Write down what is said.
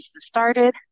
started